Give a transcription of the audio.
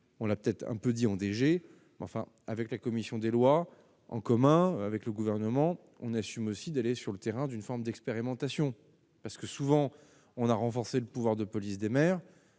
on l'a peut-être un peu, dit-on, DG enfin avec la commission des lois, en commun avec le gouvernement, on assume aussi d'aller sur le terrain d'une forme d'expérimentation parce que souvent on a renforcé le pouvoir de police des mers,